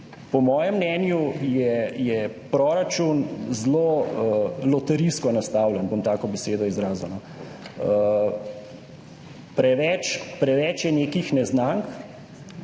Po mojem mnenju je proračun zelo loterijsko nastavljen, bom tako besedo izrazil. Preveč je nekih neznank